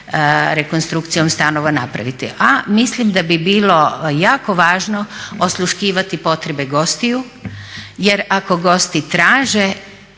rekonstrukcijom stanova napraviti. A mislim da bi bilo jako važno osluškivati potrebe gostiju jer ako gosti traže